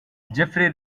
jeffery